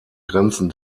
grenzen